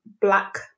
black